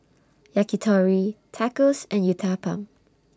Yakitori Tacos and Uthapam